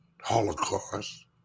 Holocaust